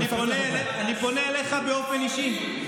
אני פונה אליך באופן אישי.